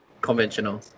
conventional